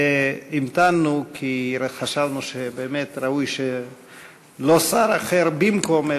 והמתנו כי חשבנו שבאמת ראוי שלא שר אחר יענה במקום,